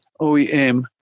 OEM